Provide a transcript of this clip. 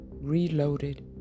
Reloaded